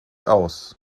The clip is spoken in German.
aus